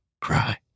cry